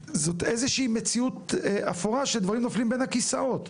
זה איזושהי מציאות אפורה שדברים נופלים בין הכיסאות.